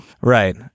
Right